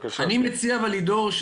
אני מציע אבל לידור,